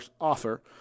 offer